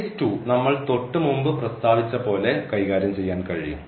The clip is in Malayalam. കേസ് 2 നമ്മൾ തൊട്ടുമുമ്പ് പ്രസ്താവിച്ച പോലെ കൈകാര്യം ചെയ്യാൻ കഴിയും